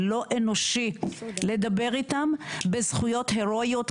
זה לא אנושי לדבר איתם בזכויות הרואיות,